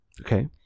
Okay